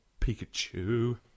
Pikachu